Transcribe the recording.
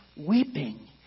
weeping